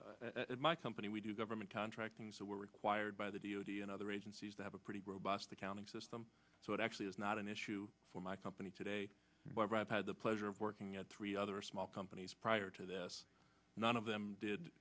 missourian my company we do government contracting so we're required by the d o t and other agencies to have a pretty robust accounting system so it actually is not an issue for my company today but i've had the pleasure of working at three other small companies prior to this none of them did